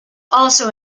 also